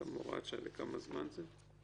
לכמה זמן זה?